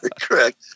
correct